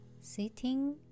sitting